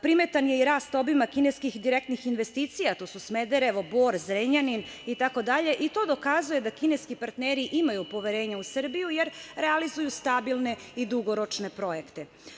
Primetan je i rast obima kineskih direktnih investicija, a to su Smederevo, Bor, Zrenjanin itd. i to dokazuje da kineski partneri imaju poverenja u Srbiju, jer realizuju stabilne i dugoročne projekte.